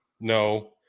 No